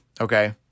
Okay